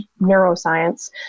neuroscience